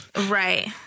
Right